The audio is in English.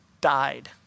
died